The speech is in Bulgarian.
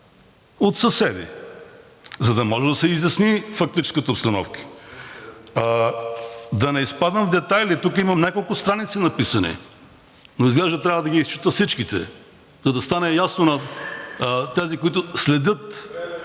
От съседи, за да може да се изясни фактическата обстановка. Да не изпадам в детайли. Тук имам няколко страници написани, но изглежда трябва да ги изчета всичките, за да стане ясно на тези, които следят